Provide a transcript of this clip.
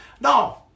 No